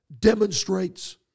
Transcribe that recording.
demonstrates